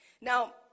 Now